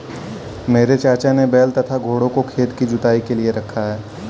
मेरे चाचा ने बैल तथा घोड़ों को खेत की जुताई के लिए रखा है